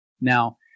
Now